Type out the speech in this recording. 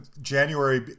January